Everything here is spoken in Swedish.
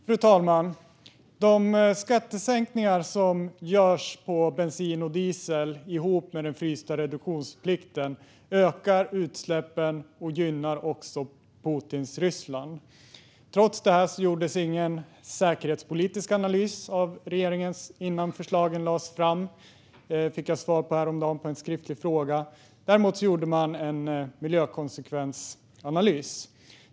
Fru talman! De skattesänkningar som görs för bensin och diesel ihop med den frysta reduktionsplikten ökar utsläppen. Det gynnar också Putins Ryssland. Trots det gjordes ingen säkerhetspolitisk analys av regeringen innan förslagen lades fram - det fick jag häromdagen som svar på en skriftlig fråga. Däremot gjorde man en miljökonsekvensanalys.